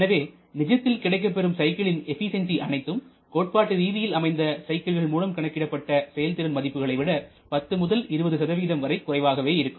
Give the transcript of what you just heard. எனவே நிஜத்தில் கிடைக்கப்பெறும் சைக்கிளின் எபிசென்சி அனைத்தும் கோட்பாட்டு ரீதியில் அமைந்த சைக்கிள்கள் மூலம் கணக்கிடப்பட்ட செயல்திறன் மதிப்புகளை விட 10 முதல் 20 வரை குறைவாகவே இருக்கும்